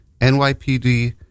NYPD